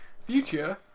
Future